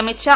Amit Shah